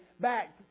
back